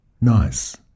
Nice